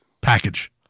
package